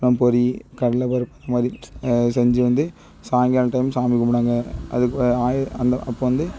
நம் பொரி கடலைப்பருப்பு இது மாதிரி செஞ்சு வந்து சாயங்காலம் டைம் சாமி கும்பிடுவாங்க அதுக்கு ஆயுத அந்த அப்போ வந்து